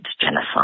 genocide